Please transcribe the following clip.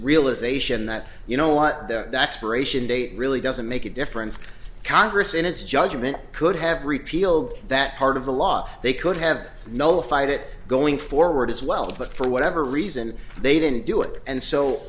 realization that you know what that spiration date really doesn't make a difference congress in its judgment could have repealed that part of the law they could have notified it going forward as well but for whatever reason they didn't do it and so